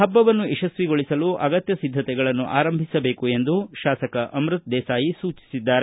ಪಬ್ಬವನ್ನು ಯಶಸ್ವಿಗೊಳಿಸಲು ಅಗತ್ವ ಸಿದ್ದತೆಗಳನ್ನು ಆರಂಭಿಸಬೇಕು ಎಂದು ಶಾಸಕ ಅಮ್ಬತ ದೇಸಾಯಿ ಸೂಚಿಸಿದ್ದಾರೆ